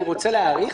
אני רוצה להאריך.